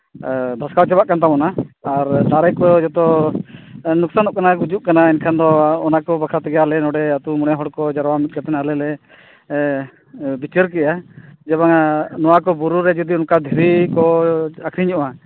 ᱫᱷᱟᱥᱟᱣ ᱪᱟᱵᱟᱜ ᱠᱟᱱ ᱛᱟᱵᱚᱱᱟ ᱟᱨ ᱫᱟᱨᱮ ᱠᱚ ᱡᱚᱛᱚ ᱫᱩᱥᱚᱱᱚᱜ ᱠᱟᱱᱟ ᱜᱩᱡᱩᱜ ᱠᱟᱱᱟ ᱮᱱᱠᱷᱟᱱ ᱫᱚ ᱚᱱᱟ ᱠᱚ ᱵᱟᱠᱷᱨᱟ ᱛᱮᱜᱮ ᱟᱞᱮ ᱱᱚᱰᱮ ᱟᱛᱳ ᱢᱚᱬᱮ ᱦᱚᱲ ᱠᱚ ᱡᱟᱨᱣᱟ ᱢᱤᱫ ᱠᱟᱛᱮ ᱟᱞᱮ ᱞᱮ ᱵᱤᱪᱟᱹᱨ ᱜᱮᱭᱟ ᱡᱮ ᱵᱟᱝᱟ ᱱᱚᱣᱟ ᱠᱚ ᱵᱩᱨᱩ ᱨᱮ ᱡᱩᱫᱤ ᱚᱱᱠᱟ ᱫᱷᱤᱨᱤ ᱠᱚ ᱟᱹᱠᱷᱨᱤᱧᱚᱜᱼᱟ